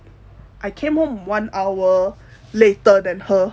I came home one hour later than her